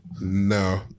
No